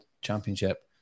championship